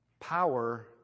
Power